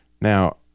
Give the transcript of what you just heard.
now